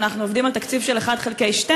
שאנחנו עובדים על תקציב של 1 חלקי 12,